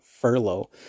furlough